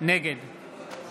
נגד